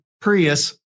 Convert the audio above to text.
Prius